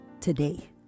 today